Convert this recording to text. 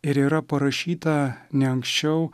ir yra parašyta ne anksčiau